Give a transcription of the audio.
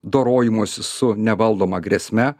dorojimosi su nevaldoma grėsme